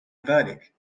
ذلك